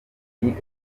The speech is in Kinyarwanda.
umuntu